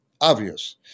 obvious